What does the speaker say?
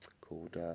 called